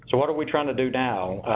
so what are we trying to do now?